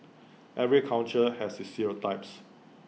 every culture has stereotypes